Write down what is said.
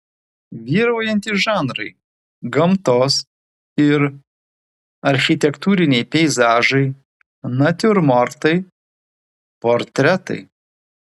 vyraujantys žanrai gamtos ir architektūriniai peizažai natiurmortai portretai